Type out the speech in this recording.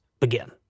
begin